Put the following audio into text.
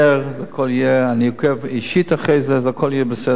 אני עוקב אישית אחרי זה והכול יהיה בסדר שם.